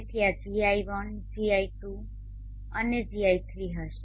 તેથી આ Gi1 Gi2 to અને Gi3 હશે